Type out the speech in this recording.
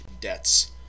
debts